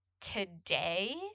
Today